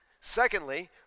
Secondly